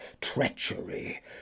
treachery